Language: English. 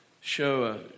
show